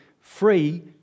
free